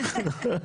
דקה.